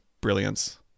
brilliance